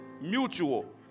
Mutual